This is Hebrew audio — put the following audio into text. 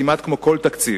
כמעט כמו כל תקציב,